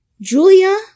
Julia